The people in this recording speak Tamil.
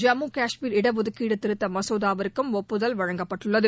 ஜம்மு கஷ்மீர் இடஒதுக்கீடு திருத்த மசோதாவிற்கும் ஒப்புதல் வழங்கப்பட்டுள்ளது